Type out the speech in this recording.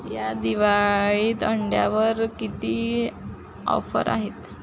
या दिवाळीत अंड्यावर किती ऑफर आहेत